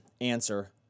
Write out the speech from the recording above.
Answer